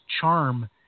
charm